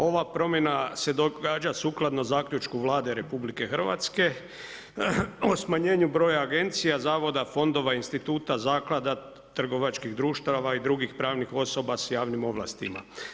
Ova promjena se događa sukladno zaključku vlade RH, o smanjenju broja agencije, zavoda, fondova, instituta, zaklada, trgovačkih društava i drugih pravnih osoba s javnim osobama.